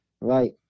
right